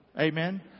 Amen